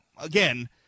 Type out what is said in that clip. again